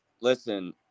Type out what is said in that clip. listen